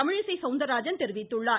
தமிழிசை சௌந்தா்ராஜன் தெரிவித்துள்ளார்